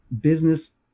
business